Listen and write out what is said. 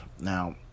now